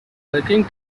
working